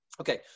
Okay